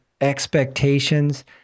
expectations